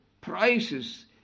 prices